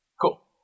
cool